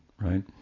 right